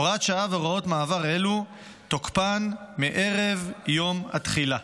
הוראת שעה והוראות מעבר אלו תוקפן מערב יום התחילה.